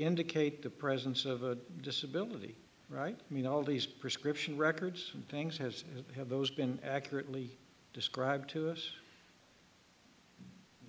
indicate the presence of a disability right i mean all these prescription records and things has have those been accurately described to us